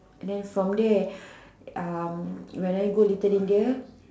then from there um when I go little India